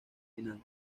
final